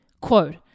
Quote